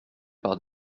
par